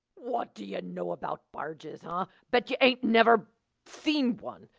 what d'yuh know about barges, huh? bet yuh ain't never seen one.